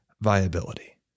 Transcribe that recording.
viability